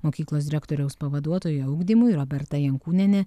mokyklos direktoriaus pavaduotoja ugdymui roberta jankūnienė